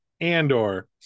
Andor